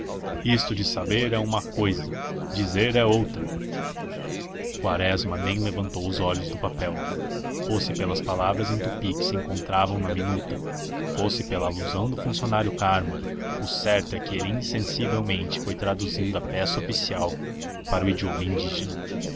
isto de saber é uma cousa dizer é outra quaresma nem levantou os olhos do papel fosse pelas palavras em tupi que se encontravam na minuta fosse pela alusão do funcionário carmo o certo é que ele insensivelmente foi traduzindo a peça oficial para o idioma indígena